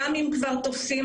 גם אם כבר תופסים.